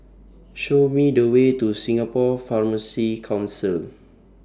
Show Me The Way to Singapore Pharmacy Council